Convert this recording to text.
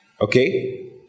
Okay